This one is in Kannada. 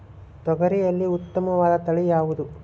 ತೊಗರಿಯಲ್ಲಿ ಉತ್ತಮವಾದ ತಳಿ ಯಾವುದು?